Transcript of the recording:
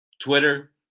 Twitter